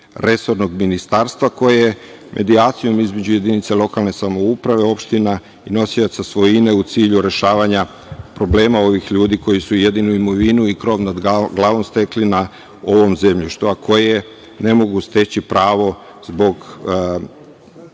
resornog ministarstva koje medijacijom između jedinica lokalne samouprave opština i nosioca svojine u cilju rešava problema ovih ljudi, koji su jedinu imovinu i krov nad glavom stekli na ovu zemljištu, a koje ne mogu steći pravo zbog